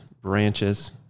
branches